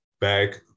back